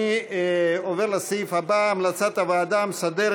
אני עובר לסעיף הבא: המלצת הוועדה המסדרת